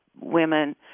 women